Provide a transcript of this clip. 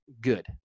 good